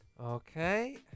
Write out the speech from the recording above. Okay